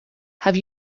have